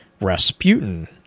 Rasputin